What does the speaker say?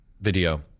video